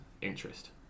interest